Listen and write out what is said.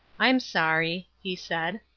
i'm sorry, he said.